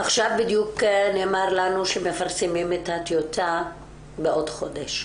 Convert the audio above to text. עכשיו בדיוק נאמר לנו שמפרסמים את הטיוטה בעוד חודש.